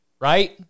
right